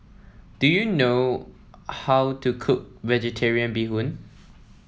do you know how to cook vegetarian Bee Hoon